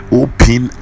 open